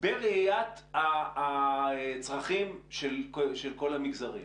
בראיית הצרכים של כל המגזרים.